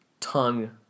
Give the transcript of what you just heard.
Tongue